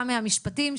גם מהמשפטים,